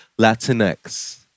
Latinx